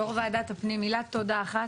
יו"ר ועדת הפנים, מילת תודה אחת.